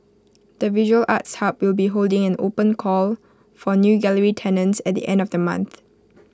the visual arts hub will be holding an open call for new gallery tenants at the end of the month